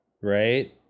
right